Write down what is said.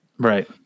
right